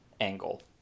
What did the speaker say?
angle